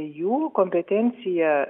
jų kompetencija